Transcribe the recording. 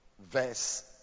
Verse